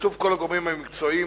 בשיתוף כל הגורמים המקצועיים,